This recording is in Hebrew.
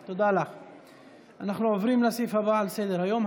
אנחנו עוברים לסעיף הבא על סדר-היום,